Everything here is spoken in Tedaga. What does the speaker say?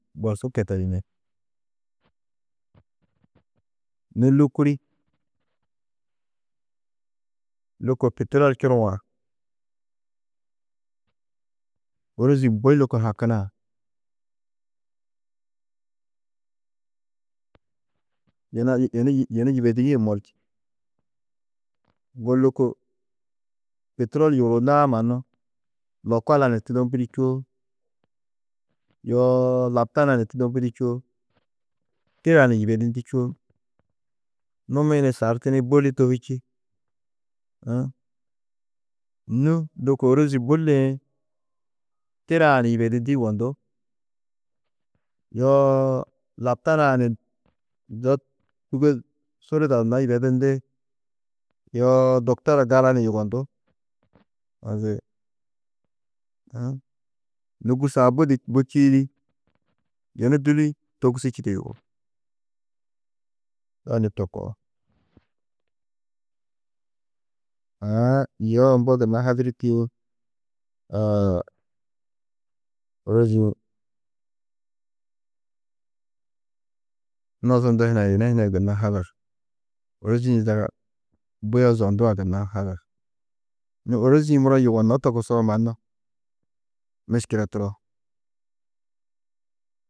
nû lukurî lôko piturol čuruwo, ôrozi bui lôko hakunã, yina yibenî, yunu yibedinîe morči, ŋgo lôko piturol yuguruunãá mannu lokola ni tudombidî čûo, yoo laptana ni tudombidî čûo, tira ni yibedindî čûo, numi-ĩ ni sartini bôli tohî čî, nû lôko òrozi bui liĩ tira-ã ni yibedindî yugondú, yoo laptana-ã ni zo tûge suru yidadunná yibedindi, yoo doktora gala ni yugondú, maziin, nû gûrso-ã budi bui čîidi, yunu dũli togusî čìde yugó, to ni to koo. Aã yoo mbo gunna hadirî tîyiĩ, ôrozi-ĩ nozundu hunã yê yina hunã yê gunna hadar, ôrozi-ĩ zaga bue zondu-ã gunna hadar, nû ôrozi-ĩ muro yugonnó togusoo mannu, miškile turo.